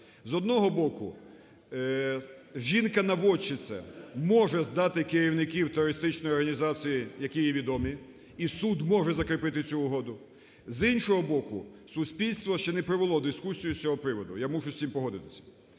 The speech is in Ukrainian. З одного боку, жінка-наводчиця може здати керівників терористичної організації, які їй відомі, і суд може закріпити цю угоду. З іншого боку, суспільство ще не провело дискусію з цього приводу. Я мушу з цим погодитись.